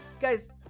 Guys